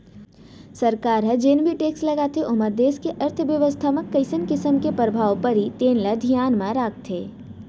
सरकार ह जेन भी टेक्स लगाथे ओमा देस के अर्थबेवस्था म कइसन किसम के परभाव परही तेन ल धियान म राखथे